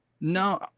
No